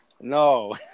No